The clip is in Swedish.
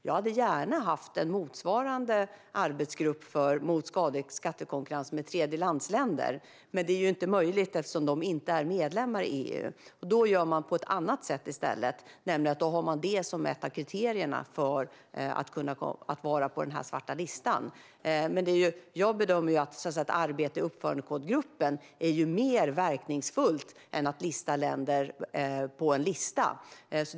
Jag hade gärna haft en motsvarande arbetsgrupp mot skadlig skattekonkurrens med tredjeländer, men det är inte möjligt, eftersom de inte är medlemmar i EU. Då gör man på ett annat sätt i stället, nämligen att man har detta som ett av kriterierna för att vara på den svarta listan. Men jag bedömer att arbetet i uppförandekodgruppen är mer verkningsfullt än att sätta länder på en lista.